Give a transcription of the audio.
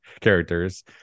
characters